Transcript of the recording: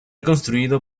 constituido